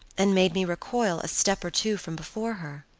and made me recoil a step or two from before her?